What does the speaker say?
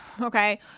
okay